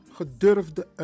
Gedurfde